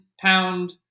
pound